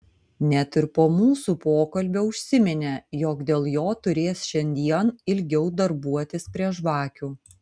net ir po mūsų pokalbio užsiminė jog dėl jo turės šiandien ilgiau darbuotis prie žvakių